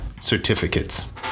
certificates